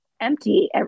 empty